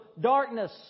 darkness